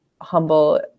humble